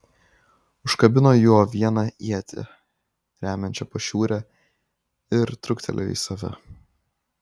užkabino juo vieną ietį remiančią pašiūrę ir truktelėjo į save